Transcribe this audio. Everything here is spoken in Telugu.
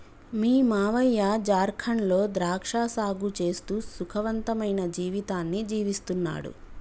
మీ మావయ్య జార్ఖండ్ లో ద్రాక్ష సాగు చేస్తూ సుఖవంతమైన జీవితాన్ని జీవిస్తున్నాడు